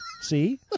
See